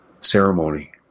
ceremony